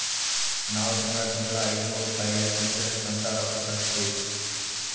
ನಾವ್ ತಿಂಗಳಾ ತಿಂಗಳಾ ಐಯ್ದನೂರ್ ರುಪಾಯಿ ಹೆಲ್ತ್ ಇನ್ಸೂರೆನ್ಸ್ ಅಂತ್ ರೊಕ್ಕಾ ಕಟ್ಟತ್ತಿವಿ